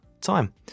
time